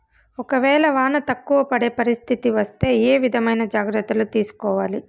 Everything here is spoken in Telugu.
ఒక వేళ వాన తక్కువ పడే పరిస్థితి వస్తే ఏ విధమైన జాగ్రత్తలు తీసుకోవాలి?